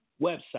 website